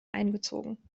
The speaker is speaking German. eingezogen